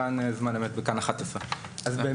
תחקירן "זמן אמת" בכאן 11. אני חושב שיש פה חוסר הבנה.